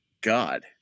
god